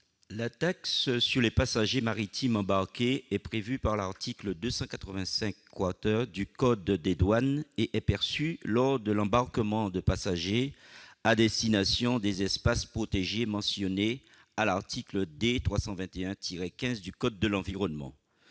la taxe sur les passagers maritimes embarqués (TPM) est prévue par l'article 285 du code des douanes et est perçue lors de l'embarquement de passagers à destination des espaces protégés mentionnés à l'article D. 321-15 du code de l'environnement.